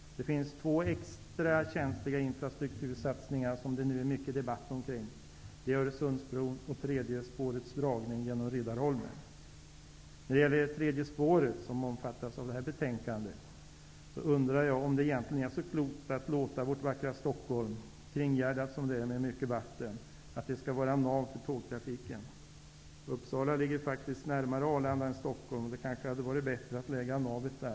Det finns två extra känsliga infrastruktursatsningar som nu är mycket debatterade. Det är När det gäller tredje spåret, som omfattas av detta betänkande, undrar jag om det egentligen är så klokt att låta vårt vackra Stockholm, kringgärdat av så mycket vatten, vara nav för tågtrafiken. Uppsala ligger faktiskt närmare Arlanda än Stockholm. Det hade kanske varit bättre att lägga navet där.